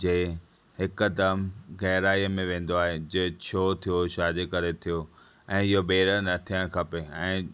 जे हिकदम गहराईअ में वेंदो आहे जे छो थियो छा जे करे थियो ऐं इएं ॿिहर न थियणु खपे